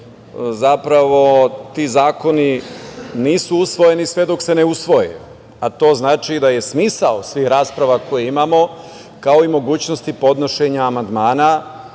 zapravo ti zakoni nisu usvojeni sve dok se ne usvoje, a to znači da je smisao svih rasprava koje imamo, kao i mogućnosti podnošenja amandmana